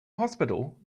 hospital